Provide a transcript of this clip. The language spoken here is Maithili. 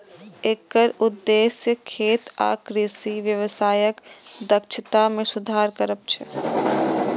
एकर उद्देश्य खेत आ कृषि व्यवसायक दक्षता मे सुधार करब छै